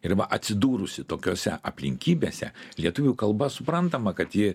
riba atsidūrusi tokiose aplinkybėse lietuvių kalba suprantama kad ji